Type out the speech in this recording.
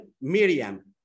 Miriam